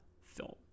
film